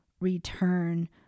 return